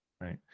Right